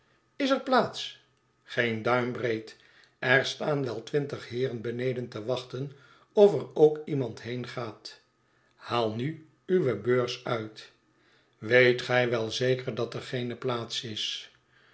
is er plaats u geen duimbreed er staan wel twintig heeren beneden te wachten of er ook iemand heengaat haal nu uwe beurs uit weet gij wel zeker dat er geene plaats is